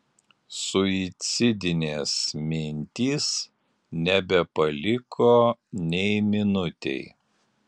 suicidinės mintys nebepaliko nei minutei